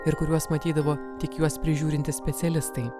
ir kuriuos matydavo tik juos prižiūrintys specialistai